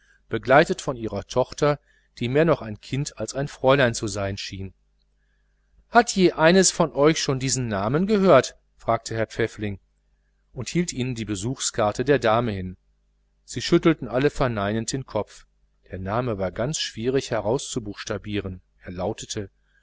begleitet von der tochter die mehr noch ein kind als ein fräulein zu sein schien hat je eines von euch schon diesen namen gehört fragte herr pfäffling und hielt ihnen die visitenkarte der dame hin sie schüttelten alle verneinend der name war ganz schwierig herauszubuchstabieren er lautete